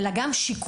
אלא גם שיקומית,